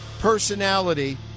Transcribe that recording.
personality